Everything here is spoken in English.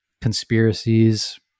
Conspiracies